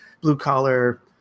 blue-collar